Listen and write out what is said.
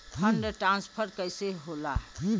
Fund transfer कैसे होला?